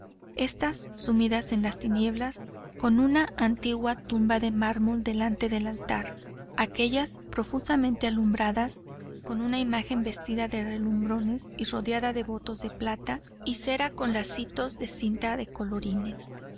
éstas sumidas en las tinieblas con una antigua tumba de mármol delante del altar aquéllas profusamente alumbradas con una imagen vestida de relumbrones y rodeada de votos de plata y cera con lacitos de cinta de colorines